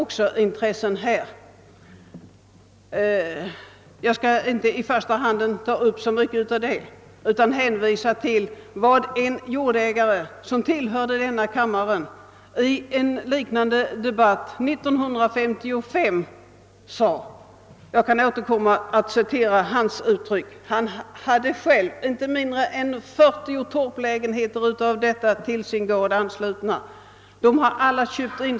Den frågan skall jag inte nu ingå på utan vill bara hänvisa till vad en jordägare och ledamot av denna kammare sade vid en liknande debatt 1955. Han talade om att han hade inte mindre än 40 torplägenheter anslutna till sin gård och de hade alla köpts in.